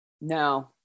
No